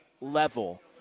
level